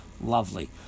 Lovely